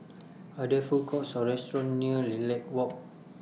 Are There Food Courts Or restaurants near Lilac Walk